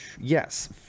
yes